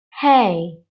hey